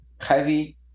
Heavy